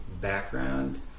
background